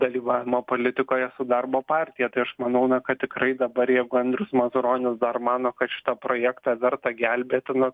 dalyvavimą politikoje su darbo partija tai aš manau na kad tikrai dabar jeigu andrius mazuronis dar mano kad šitą projektą verta gelbėti nu